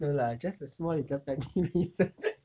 没有啦 just a small little pettiest reason